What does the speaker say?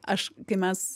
aš kai mes